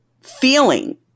feeling